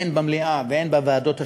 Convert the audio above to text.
הן במליאה והן בוועדות השונות,